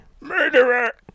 murderer